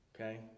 Okay